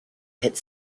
hit